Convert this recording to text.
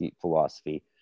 philosophy